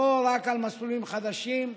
לא רק על מסלולים חדשים,